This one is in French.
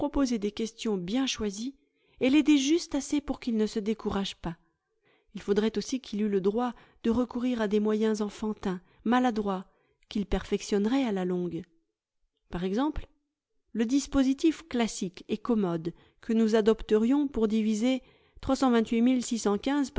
proposer des questions bien choisies et l'aider juste assez pour qu'il ne se décourage pas il faudrait aussi qu'il eût le droit de recourir à des moyens enfantins maladroits qu'il perfectionnerait à la longue par exemple le dispositif classique et commode que nous adopterions pour diviser